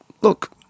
look